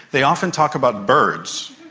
they often talk about birds